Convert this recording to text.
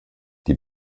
die